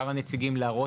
יחליט.